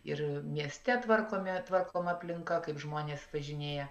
ir mieste tvarkomi tvarkoma aplinka kaip žmonės važinėja